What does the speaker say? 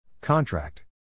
Contract